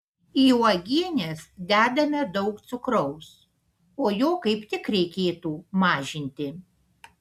į uogienes dedame daug cukraus o jo kaip tik reikėtų mažinti